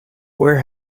where